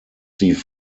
sie